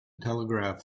telegraph